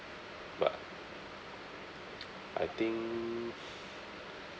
but I think